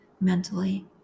mentally